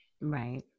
right